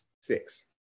six